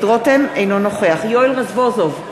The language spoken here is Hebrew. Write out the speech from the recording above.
אינו נוכח יואל רזבוזוב,